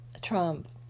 trump